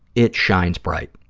it shines bright.